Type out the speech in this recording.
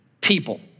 people